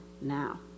now